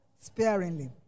Sparingly